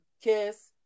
Kiss